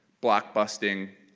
blockbusting,